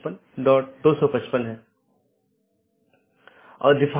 या एक विशेष पथ को अमान्य चिह्नित करके अन्य साथियों को विज्ञापित किया जाता है